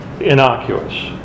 innocuous